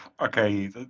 Okay